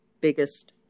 biggest